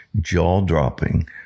jaw-dropping